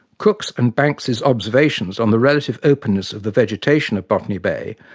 cook's and banks's observations on the relative openness of the vegetation of botany bay,